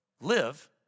live